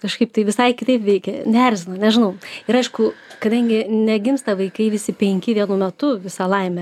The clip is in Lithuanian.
kažkaip tai visai kitaip veikė neerzino nežinau ir aišku kadangi negimsta vaikai visi penki vienu metu visa laimė